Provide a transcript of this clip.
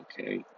okay